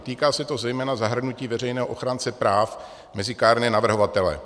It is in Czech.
Týká se to zejména zahrnutí veřejného ochránce práv mezi kárné navrhovatele.